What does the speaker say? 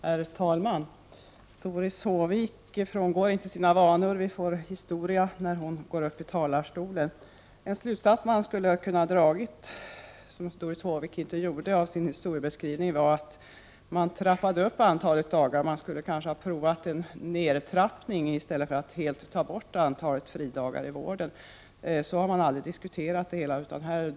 Herr talman! Doris Håvik frångår inte sina vanor: hon ägnar sig åt historiska betraktelser från denna talarstol. En slutsats som Doris Håvik inte drog av sin historiebeskrivning var att antalet dagar tidigare har trappats upp och att man nu kanske skulle ha prövat en nedtrappning i stället för att helt ta bort antalet fridagar i vården. En sådan diskussion har inte förts.